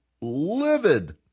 livid